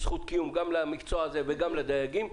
זכות קיום גם למקצוע הזה וגם לדייגים,